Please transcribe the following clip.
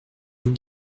vous